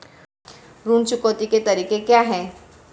ऋण चुकौती के तरीके क्या हैं?